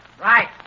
Right